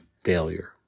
failure